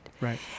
Right